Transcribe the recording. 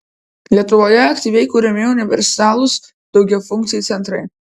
lietuvoje aktyviai kuriami universalūs daugiafunkciai centrai